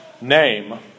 name